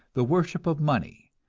the worship of money,